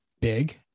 big